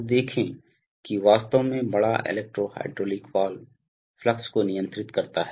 तो देखें कि वास्तव में बड़ा इलेक्ट्रो हाइड्रोलिक वाल्व फ्लक्स को नियंत्रित करता है